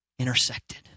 intersected